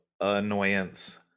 annoyance